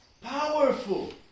powerful